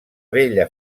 bella